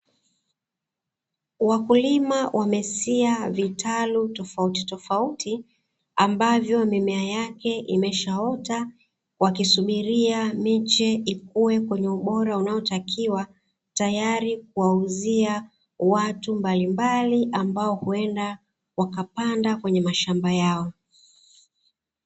Wakulima wamesia vitalu tofautitofauti, ambavyo mimea yake imeshaota, wakisubiria miche ikue kwenye ubora unaotakiwa, tayari kuwauzia watu mbalimbali ambao huenda wakapanda kwenye mashamba yao.